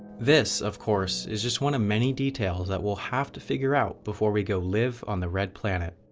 this, of course, is just one of many details that we'll have to figure out before we go live on the red planet.